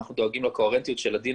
אנחנו דואגים לקוהרנטיות של הדין